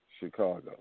Chicago